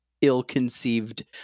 ill-conceived